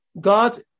God